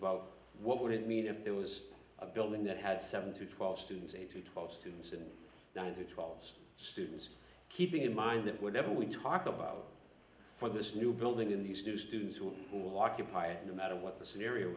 about what would it mean if there was a building that had seven to twelve students eight to twelve students and nine to twelve students keeping in mind that whatever we talk about for this new building in these two students who will occupy it no matter what the scenario